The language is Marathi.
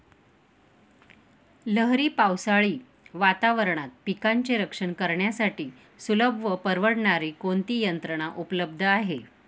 लहरी पावसाळी वातावरणात पिकांचे रक्षण करण्यासाठी सुलभ व परवडणारी कोणती यंत्रणा उपलब्ध आहे?